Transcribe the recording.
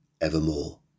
evermore